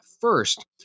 first